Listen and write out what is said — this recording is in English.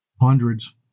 Hundreds